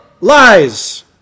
lies